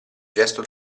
gesto